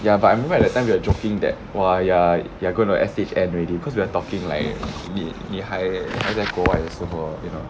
ya but I remember at that time you were joking that !wah! you are you are going to S_H_N already cause we are talking like 你你还还在国外的时候 ah you know